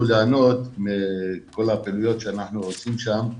וייהנו מכל הפעילויות שאנחנו עושים שם.